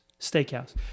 Steakhouse